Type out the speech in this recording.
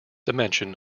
dimension